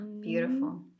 beautiful